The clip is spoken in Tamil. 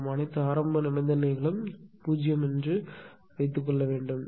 நாம் அனைத்து ஆரம்ப நிபந்தனைகளும் 0 என்று வைத்துக்கொள்ள வேண்டும்